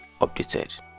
updated